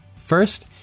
First